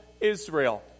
Israel